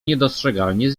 niedostrzegalnie